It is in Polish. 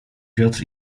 piotr